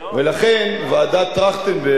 לכן ועדת-טרכטנברג,